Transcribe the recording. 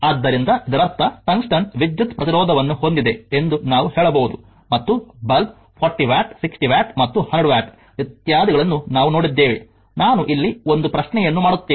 ಆದ್ದರಿಂದ ಇದರರ್ಥ ಟಂಗ್ಸ್ಟನ್ ವಿದ್ಯುತ್ ಪ್ರತಿರೋಧವನ್ನು ಹೊಂದಿದೆ ಎಂದು ನಾವು ಹೇಳಬಹುದು ಮತ್ತು ಬಲ್ಬ್ 40 ವ್ಯಾಟ್ 60 ವ್ಯಾಟ್ ಮತ್ತು 100 ವ್ಯಾಟ್ ಇತ್ಯಾದಿಗಳನ್ನು ನಾವು ನೋಡಿದ್ದೇವೆ ನಾನು ಇಲ್ಲಿ ಒಂದು ಪ್ರಶ್ನೆಯನ್ನು ಮಾಡುತ್ತೇನೆ